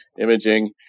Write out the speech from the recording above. imaging